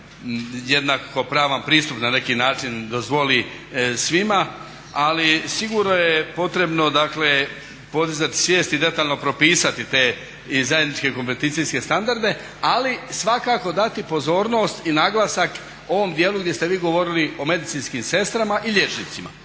jednakopravan pristup na neki način dozvoli svima, ali sigurno je potrebno dakle podizati svijest i detaljno propisati te i zajedničke kompeticijske standarde ali svakako dati pozornost i naglasak u ovom dijelu gdje ste vi govorili o medicinskim sestrama i liječnicima.